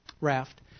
raft